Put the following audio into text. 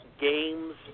games